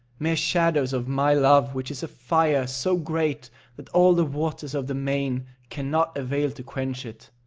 mere shadows of my love, which is a fire so great that all the waters of the main can not avail to quench it.